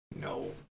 No